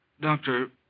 Doctor